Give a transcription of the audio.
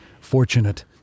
fortunate